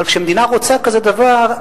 אבל כשמדינה רוצה כזה דבר,